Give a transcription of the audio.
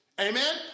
Amen